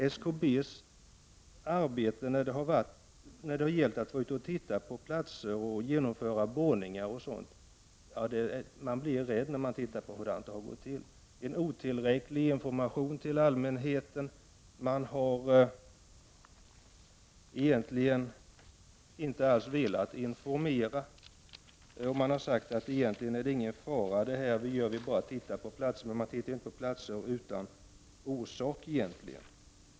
Jag blir rädd när jag tar del av hur SKB:s arbete med att titta på platser och genomföra borrningar har gått till. Det har givits otillräcklig information till allmänheten. Man har egentligen inte alls velat informera, utan man har sagt att det är ingen fara — ”vi är bara ute och tittar på platser”. Men man tittar ju inte på platser utan orsak.